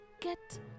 get